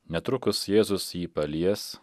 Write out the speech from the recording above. netrukus jėzus jį palies